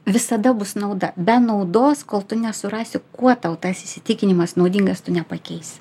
visada bus nauda be naudos kol tu nesurasi kuo tau tas įsitikinimas naudingas tu nepakeisi